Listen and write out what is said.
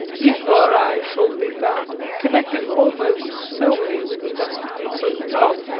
these were, i shortly found, connected almost solely with the dusty nature of the job,